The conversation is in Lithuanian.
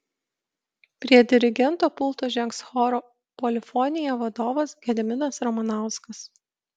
prie dirigento pulto žengs choro polifonija vadovas gediminas ramanauskas